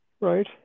right